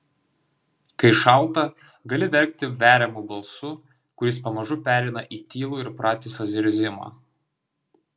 kai šalta gali verkti veriamu balsu kuris pamažu pereina į tylų ir pratisą zirzimą